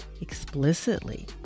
explicitly